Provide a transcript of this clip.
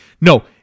No